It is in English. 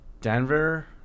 Denver